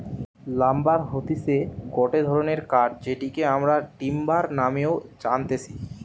lumber হতিছে গটে ধরণের কাঠ যেটিকে আমরা টিম্বার নামেও জানতেছি